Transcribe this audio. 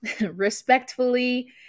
respectfully